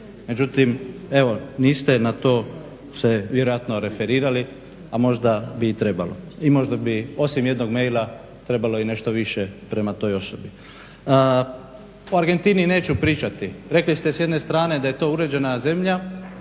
Međutim, evo niste na to se vjerojatno referirali, a možda bi i trebalo. I možda bi osim jednog maila trebalo i nešto više prema toj osobi. O Argentini neću pričati. Rekli ste s jedne strane da je to uređena zemlja,